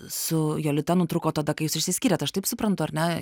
su jolita nutrūko tada kai jūs išsiskyrėt aš taip suprantu ar ne